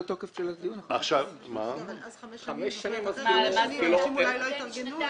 אבל אז חמש שנים אנשים אולי לא יתארגנו